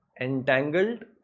Entangled